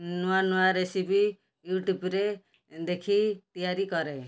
ନୂଆ ନୂଆ ରେସିପି ୟୁଟ୍ୟୁବ୍ରେ ଦେଖି ତିଆରି କରେ